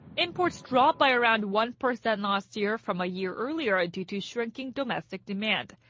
imports dropped by around one percent last year from a year earlier ah due to shrinking domestic demand.